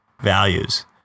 values